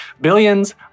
Billions